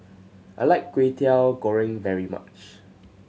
I like Kwetiau Goreng very much